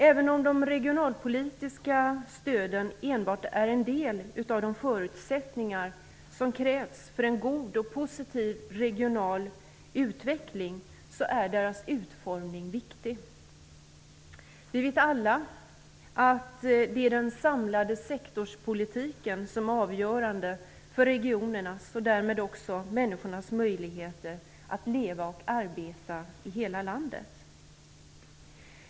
Även om de regionalpolitiska stöden enbart är en del av de förutsättningar som krävs för en god och positiv regional utveckling är deras utformning viktig. Vi vet alla att det är den samlade sektorspolitiken som är avgörande för regionernas, och därmed också för människornas, möjligheter att leva och arbeta i hela landet.